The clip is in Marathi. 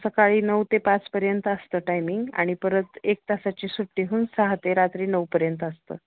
सकाळी नऊ ते पाचपर्यंत असतं टायमिंग आणि परत एक तासाची सुट्टी होऊन सहा ते रात्री नऊपर्यंत असतं